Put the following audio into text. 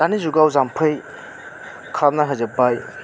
दानि जुगाव जाम्फै खालामना होजोबबाय